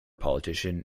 politician